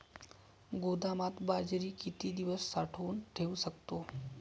गोदामात बाजरी किती दिवस साठवून ठेवू शकतो?